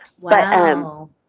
Wow